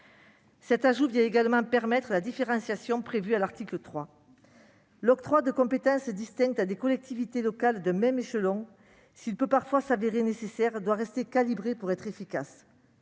Cet ajout permettra la différenciation prévue à l'article 3. L'octroi de compétences distinctes à des collectivités locales de même échelon, s'il peut parfois s'avérer nécessaire, doit rester calibré pour être efficace.